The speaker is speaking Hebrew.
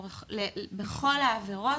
בכל העבירות